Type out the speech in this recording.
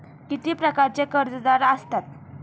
किती प्रकारचे कर्जदार असतात